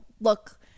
look